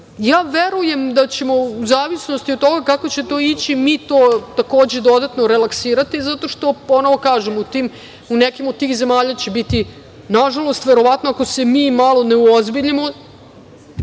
verujem da ćemo u zavisnosti od toga kako će to ići mi to takođe dodatno relaksirati zato što ponovo kažem u nekim od tih zemalja će biti nažalost verovatno ako se mi malo ne uozbiljimo